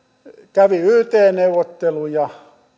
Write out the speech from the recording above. kävivät yt neuvotteluja